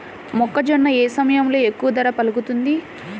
మొక్కజొన్న ఏ సమయంలో ఎక్కువ ధర పలుకుతుంది?